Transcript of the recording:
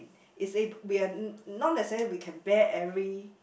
is we are <UNK not necessarily we can bear every